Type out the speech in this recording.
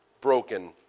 broken